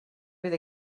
with